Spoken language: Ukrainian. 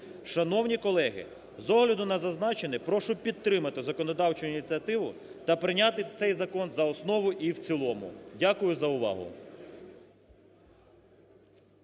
Шановні колеги, з огляду на зазначене, прошу підтримати законодавчу ініціативу та прияти цей закон за основу і в цілому. Дякую за увагу.